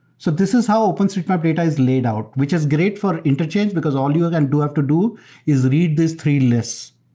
so this is how openstreetmap data is laid out, which is great for interchange because all you and have to do is read this three lists.